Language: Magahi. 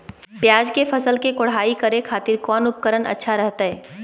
प्याज के फसल के कोढ़ाई करे खातिर कौन उपकरण अच्छा रहतय?